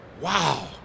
Wow